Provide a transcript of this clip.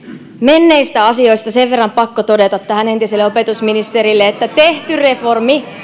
menneistä asioista sen verran pakko todeta tähän entiselle opetusministerille että tehty reformi